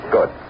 Good